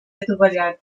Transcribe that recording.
adovellat